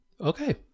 Okay